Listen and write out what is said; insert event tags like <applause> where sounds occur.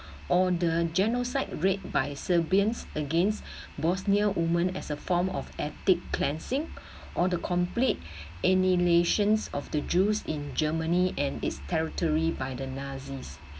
or the genocide rape by serbians against <breath> bosnia woman as a form of ethnic cleansing or the complete annihilations of the jews in germany and its territory by the nazis